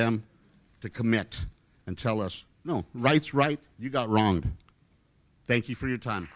them to commit and tell us no rights right you got wrong thank you for your time